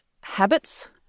habits